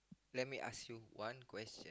lemme ask you one question